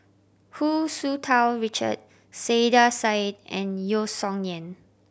Hu Tsu Tau Richard Saiedah Said and Yeo Song Nian